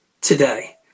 today